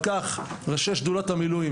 על כך ראשי שדולת המילואים,